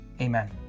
Amen